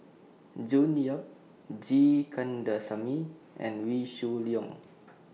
June Yap G Kandasamy and Wee Shoo Leong